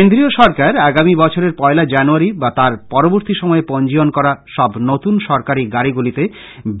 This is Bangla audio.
কেন্দ্রীয় সরকার আগামী বছরের পয়লা জানুয়ারী বা তার পরবর্ত্তী সময়ে পঞ্জীয়ন করা সব নতুন সরকারী গাড়িগুলিতে